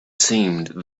seemed